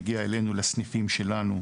מגיע אלינו לסניפים שלנו,